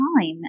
time